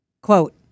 Quote